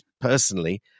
personally